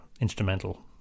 instrumental